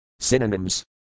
Synonyms